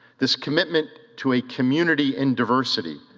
this commitment to a community in diversity,